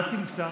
מה תמצא?